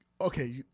okay